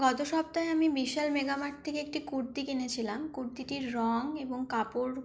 গত সপ্তাহে আমি বিশাল মেগা মার্ট থেকে একটি কুর্তি কিনেছিলাম কুর্তিটির রঙ এবং কাপড়